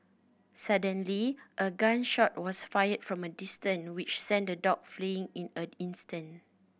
suddenly a gun shot was fired from a distance which sent the dog fleeing in an instant